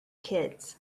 kids